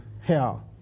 hell